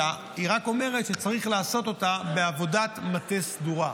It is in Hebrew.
אלא היא רק אומרת שצריך לעשות אותה בעבודת מטה סדורה.